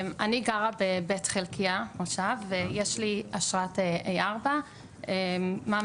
אני גרה במושב בית חלקיה, ויש לי אשרת ה/4 מעמד